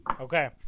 Okay